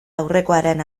aurrekoaren